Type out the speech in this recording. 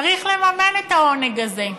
צריך לממן את העונג הזה.